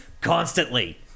constantly